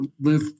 live